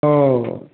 हओ